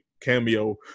cameo